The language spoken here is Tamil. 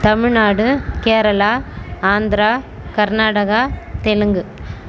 தமிழ்நாடு கேரளா ஆந்திரா கர்நாடகா தெலுங்கு